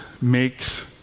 makes